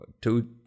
two